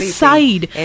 side